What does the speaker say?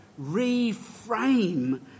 reframe